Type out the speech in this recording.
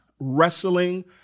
wrestling